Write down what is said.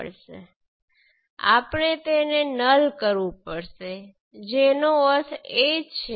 આપણે જાણીએ છીએ કે V1 બીજું કંઈ નથી Z11 I1 અને V2 એ બીજુ કંઈ નહીં પણ Z21 I1 છે